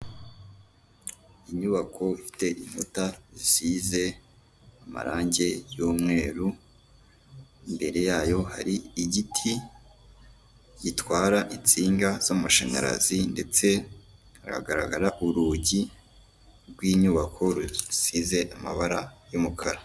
Inyubako ifite inkuta zisize amarange y'umweru imbere yayo hari igiti gitwara insinga z'amashanyarazi, ndetse haragaragara urugi rw'inyubako rusize amabara y'umukara.